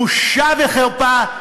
בושה וחרפה.